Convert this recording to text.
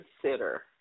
consider